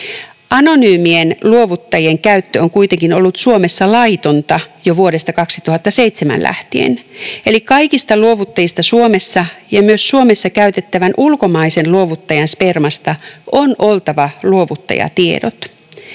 Anonyymien luovuttajien käyttö on kuitenkin ollut Suomessa laitonta jo vuodesta 2007 lähtien, eli kaikista luovuttajista Suomessa ja myös Suomessa käytettävän ulkomaisen luovuttajan spermasta on oltava luovuttajatiedot.